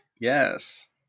Yes